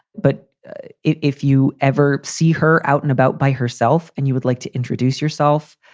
but if if you ever see her out and about by herself and you would like to introduce yourself,